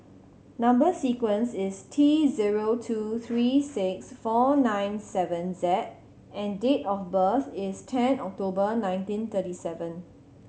number sequence is T zero two three six four nine seven Z and date of birth is ten October nineteen thirty seven